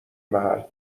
محل